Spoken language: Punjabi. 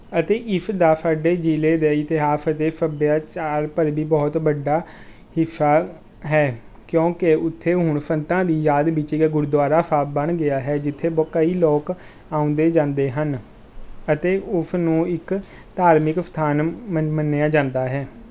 ਅਤੇ ਇਸ ਦਾ ਸਾਡੇ ਜ਼ਿਲ੍ਹੇ ਦੇ ਇਤਿਹਾਸ ਅਤੇ ਸੱਭਿਆਚਾਰ ਪਰ ਵੀ ਬਹੁਤ ਵੱਡਾ ਹਿੱਸਾ ਹੈ ਕਿਉਂਕਿ ਉੱਥੇ ਹੁਣ ਸੰਤਾਂ ਦੀ ਯਾਦ ਵਿੱਚ ਗੁਰਦੁਆਰਾ ਸਾਹਿਬ ਬਣ ਗਿਆ ਹੈ ਜਿੱਥੇ ਬਹ ਕਈ ਲੋਕ ਆਉਂਦੇ ਜਾਂਦੇ ਹਨ ਅਤੇ ਉਸ ਨੂੰ ਇੱਕ ਧਾਰਮਿਕ ਸਥਾਨ ਮਨ ਮੰਨਿਆ ਜਾਂਦਾ ਹੈ